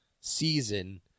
season